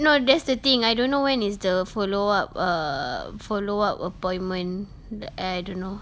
no that's the thing I don't know when is the follow up err follow up appointment the uh I don't know